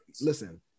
listen